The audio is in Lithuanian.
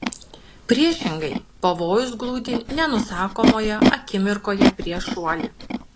priešingai pavojus gludi nenusakomoje akimirkoje prieš šuoli